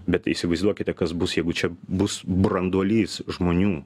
bet įsivaizduokite kas bus jeigu čia bus branduolys žmonių